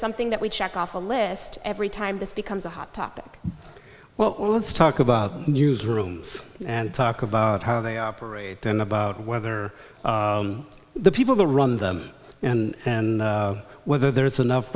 something that we checked off a list every time this becomes a hot topic well let's talk about newsrooms and talk about how they operate and about whether the people who run them and and whether there's enough